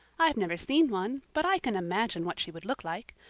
i've never seen one, but i can imagine what she would look like.